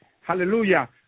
hallelujah